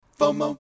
FOMO